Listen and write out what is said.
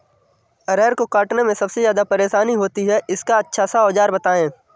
अरहर को काटने में सबसे ज्यादा परेशानी होती है इसका अच्छा सा औजार बताएं?